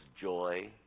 joy